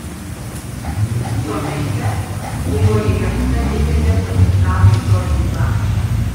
dūkto miške buvo įrengta didelė partizanų stovykla